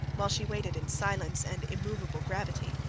while she waited in silence and immovable gravity,